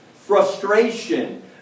Frustration